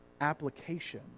application